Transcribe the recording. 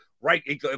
right